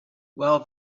well